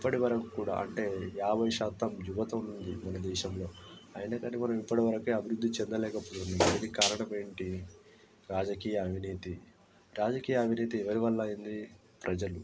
ఇప్పటివరకు కూడా అంటే యాభై శాతం యువత ఉన్న ఈ మనదేశంలో అయినా కానీ మనం ఇప్పటివరకు అభివృద్ధి చెందలేకపోయింది దీనికి కారణం ఏంటి రాజకీయ అవినీతి రాజకీయ అవినీతి ఎవరివల్ల అయింది ప్రజలు